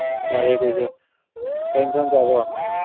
ꯆꯥꯔꯦ ꯑꯩꯈꯣꯏꯁꯨ ꯀꯩ ꯑꯦꯟꯁꯥꯡ ꯆꯥꯕ꯭ꯔꯣ